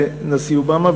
לנשיא אובמה,